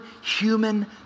human